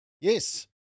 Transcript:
Yes